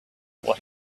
what